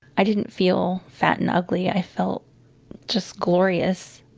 i didn't feel fat and ugly, i felt just glorious.